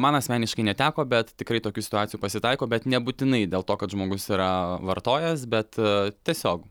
man asmeniškai neteko bet tikrai tokių situacijų pasitaiko bet nebūtinai dėl to kad žmogus yra vartojęs bet tiesiog